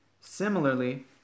similarly